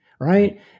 right